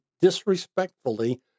disrespectfully